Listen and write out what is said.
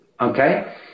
Okay